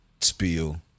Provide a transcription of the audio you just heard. spiel